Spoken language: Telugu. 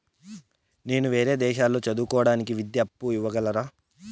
నేను వేరే దేశాల్లో చదువు కోవడానికి విద్యా అప్పు ఇవ్వగలరా?